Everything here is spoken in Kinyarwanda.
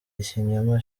ikinyoma